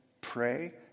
pray